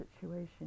situation